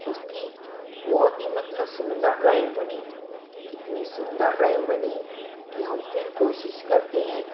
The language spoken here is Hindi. उसकी बहुत ही मतलब सुंदर ड्राइंग बनी इतनी सुंदर ड्राइंग बनी कि हम फिर कोशिश करते हैं